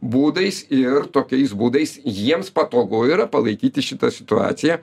būdais ir tokiais būdais jiems patogu yra palaikyti šitą situaciją